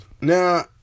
Now